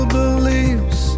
believes